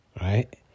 right